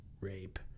rape